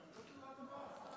זו תשובה טובה.